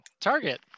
target